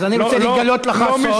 אז אני רוצה לגלות סוד.